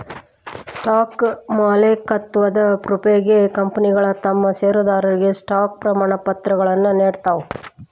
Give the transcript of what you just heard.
stock ಮಾಲೇಕತ್ವದ ಪ್ರೂಫ್ಗೆ ಕಂಪನಿಗಳ ತಮ್ ಷೇರದಾರರಿಗೆ ಸ್ಟಾಕ್ ಪ್ರಮಾಣಪತ್ರಗಳನ್ನ ನೇಡ್ತಾವ